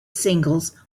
singles